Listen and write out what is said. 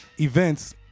events